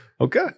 okay